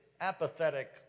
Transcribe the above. apathetic